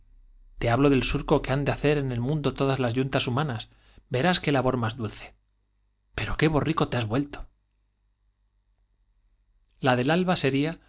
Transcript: te hablo del surco que han de hacer en el mundo todas las yuntas humanas verás qué labor más dulce i pero qué borrico te has vuelto la del alba sería